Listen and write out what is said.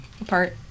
apart